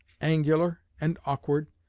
angular, and awkward,